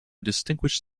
distinguished